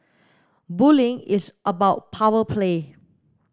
bullying is about power play